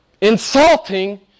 insulting